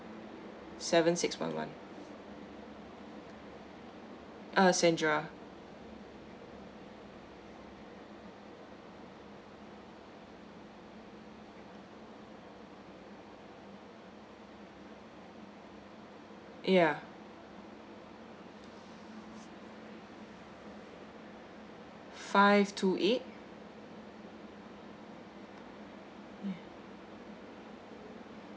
seven six one one uh sandra ya five two eight